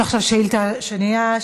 עכשיו שאילתה שנייה,